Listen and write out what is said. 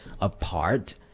apart